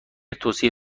توصیه